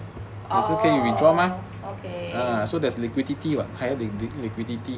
orh okay